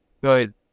good